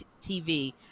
TV